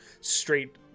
straight